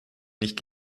nicht